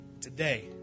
today